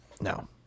no